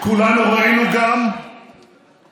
כולנו ראינו גם את